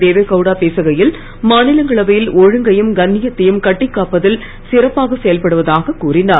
தேவகவுடா பேசுகையில் மாநிலங்களவையில் ஒழுங்கையும் கன்னியத்தையும் கட்டிக் காப்பதில் சிறப்பாக செயல்படுவதாக கூறினார்